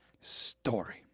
story